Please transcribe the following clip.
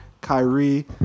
Kyrie